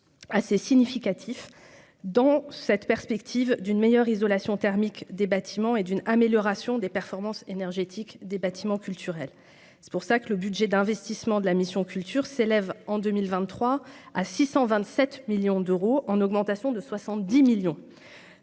assez significatif dans cette perspective d'une meilleure isolation thermique des bâtiments et d'une amélioration des performances énergétiques des bâtiments culturels, c'est pour ça que le budget d'investissement de la mission Culture s'élève en 2023 à 627 millions d'euros, en augmentation de 70 millions